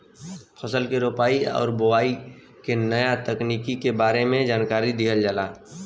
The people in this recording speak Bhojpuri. फसल के रोपाई आउर बोआई के नया तकनीकी के बारे में जानकारी दिहल जाला